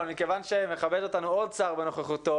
אבל מכיוון שמכבד אותנו עוד שר בנוכחותו,